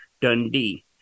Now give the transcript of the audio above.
Dundee